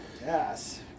Yes